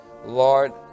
Lord